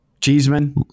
Cheeseman